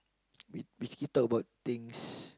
we basically talk about things